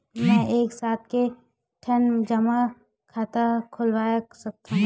मैं एक साथ के ठन जमा खाता खुलवाय सकथव?